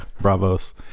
Bravos